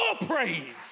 praise